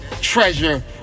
treasure